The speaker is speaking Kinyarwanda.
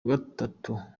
gatatu